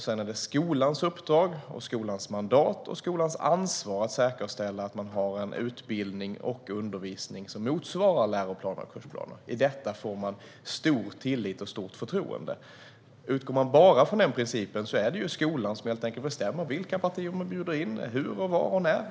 Sedan är det skolans uppdrag, mandat och ansvar att säkerställa att utbildningen och undervisningen motsvarar läroplan och kursplaner. Skolan har stor tillit och stort förtroende i detta. Om man bara utgår från denna princip är det skolan som helt enkelt får bestämma vilka partier som bjuds in liksom hur, var och när.